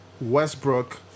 Westbrook